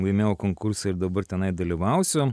laimėjau konkursą ir dabar tenai dalyvausiu